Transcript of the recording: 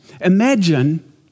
Imagine